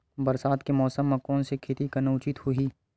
बरसात के मौसम म कोन से खेती करना उचित होही?